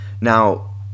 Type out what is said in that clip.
Now